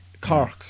Cork